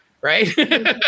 Right